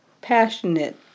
passionate